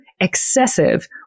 excessive